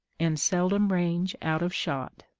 and seldom range out of shot.